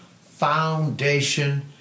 foundation